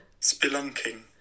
spelunking